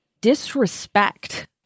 disrespect